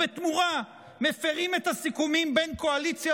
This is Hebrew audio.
אז בתמורה מפירים את הסיכומים בין קואליציה